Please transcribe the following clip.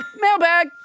Mailbag